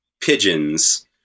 pigeons